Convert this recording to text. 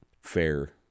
fair